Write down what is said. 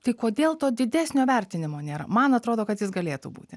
tai kodėl to didesnio vertinimo nėra man atrodo kad jis galėtų būti